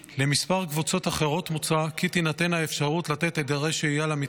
לכמה קבוצות אחרות מוצע כי תינתן האפשרות לתת היתרי שהייה למתחם